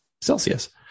Celsius